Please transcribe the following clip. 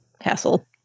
hassle